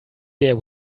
bear